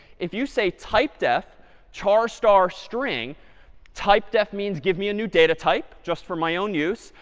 if you say typedef char star string typedef means give me a new data type, just for my own use.